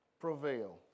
prevail